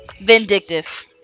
vindictive